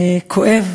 כואב